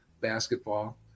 basketball